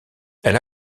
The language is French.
elle